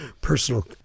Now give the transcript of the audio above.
personal